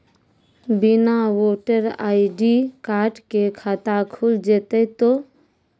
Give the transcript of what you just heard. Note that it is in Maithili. बिना वोटर आई.डी कार्ड के खाता खुल जैते तो?